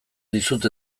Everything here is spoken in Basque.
dizut